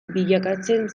bilakatzen